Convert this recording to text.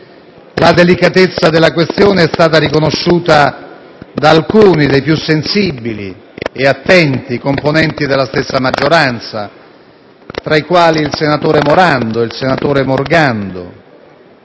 La delicatezza della questione è stata riconosciuta da alcuni dei più sensibili e attenti componenti della stessa maggioranza, tra i quali il senatore Morando e il senatore Morgando.